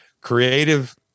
creative